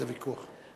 אין על זה ויכוח.